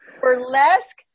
burlesque